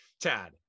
tad